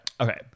Okay